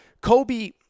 Kobe